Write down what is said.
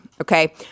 okay